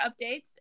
updates